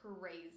crazy